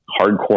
hardcore